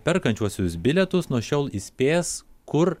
perkančiuosius bilietus nuo šiol įspės kur